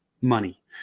money